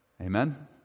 Amen